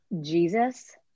Jesus